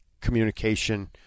communication